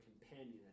companion